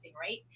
right